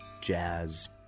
jazz